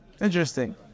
Interesting